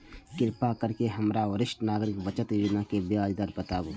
कृपा करके हमरा वरिष्ठ नागरिक बचत योजना के ब्याज दर बताबू